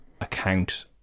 account